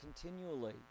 continually